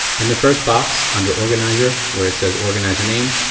in the first box under organizer where it says organizer name,